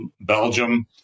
Belgium